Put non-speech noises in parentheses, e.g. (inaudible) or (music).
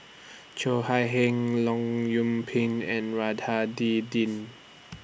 (noise) Cheo Chai Hiang Leong Yoon Pin and (unintelligible) Din